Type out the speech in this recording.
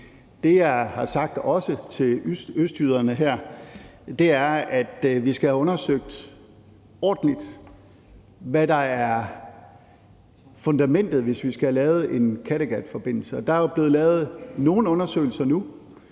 Det, jeg også har sagt til østjyderne, er, at vi skal have undersøgt ordentligt, hvad der er fundamentet, hvis vi skal have lavet en Kattegatforbindelse. Og der er jo blevet lavet nogle undersøgelser nu,